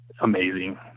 amazing